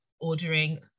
ordering